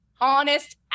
honest